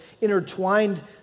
intertwined